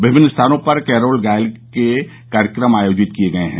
विभिन्न स्थानों पर कैरोल गायन के कार्यक्रम आयोजित किये गये हैं